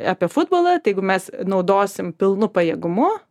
apie futbolą tai jeigu mes naudosim pilnu pajėgumu